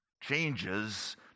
changes